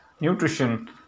nutrition